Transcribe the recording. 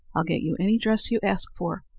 i'll get you any dress you ask for.